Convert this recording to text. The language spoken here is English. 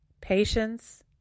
patience